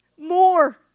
more